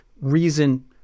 reason